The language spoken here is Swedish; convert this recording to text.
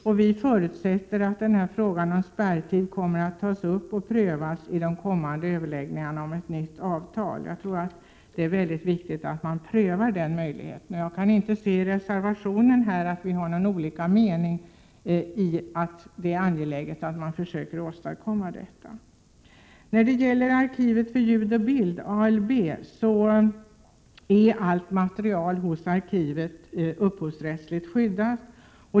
Utskottet förutsätter att frågan om spärrtid kommer att tas upp och prövas i de kommande överläggningarna om ett nytt avtal. Det är mycket viktigt att den möjligheten prövas. Jag kan inte av reservationen utläsa att vi har olika mening om det angelägna i att försöka åstadkomma detta. Allt material hos Arkivet för Ljud och Bild, ALB, är upphovsrättsligt skyddat.